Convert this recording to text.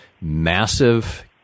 massive